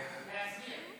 להסיר.